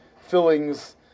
fillings